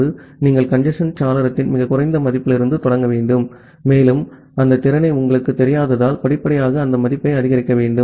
இந்த புதிய நெரிசல் கட்டுப்பாட்டு வழிமுறை அல்லது மெதுவான தொடக்க பொறிமுறையின் புதிய தொகுப்புடன் நீங்கள் மீண்டும் புதிய TCP ஐத் தொடங்குவீர்கள்